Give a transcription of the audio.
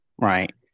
right